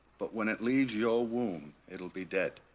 but when it leaves your womb it'll be dead